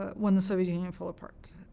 ah when the soviet union fell apart.